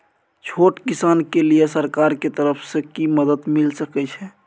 छोट किसान के लिए सरकार के तरफ कि मदद मिल सके छै?